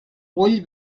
vull